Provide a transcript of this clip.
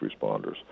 responders